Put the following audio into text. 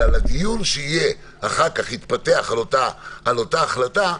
אלא לדיון שיתפתח אחר כך על אותה החלטה.